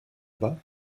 bas